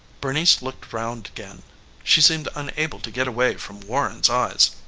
bernice looked round again she seemed unable to get away from warren's eyes.